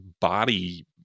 body